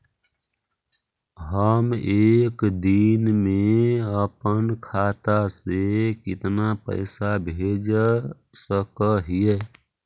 हम एक दिन में अपन खाता से कितना पैसा भेज सक हिय?